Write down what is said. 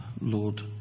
Lord